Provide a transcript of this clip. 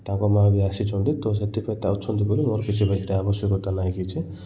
ତାଙ୍କ ମା' ବି ଆସିଛନ୍ତି ତ ସେଥିପାଇଁ ଅଛନ୍ତି ବୋଲି ମୋର ଯିବାର ଆବଶ୍ୟକତା ନାହିଁ କିଛି